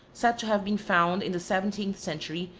said to have been found in the seventeenth century,